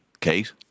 Kate